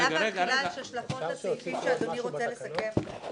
והתחילה יש השלכות לסעיפים שאדוני רוצה לסכם.